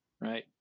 right